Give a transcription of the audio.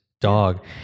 dog